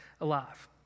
alive